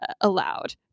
allowed